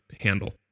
handle